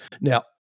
now